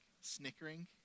snickering